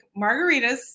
margaritas